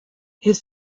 his